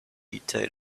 detail